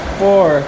four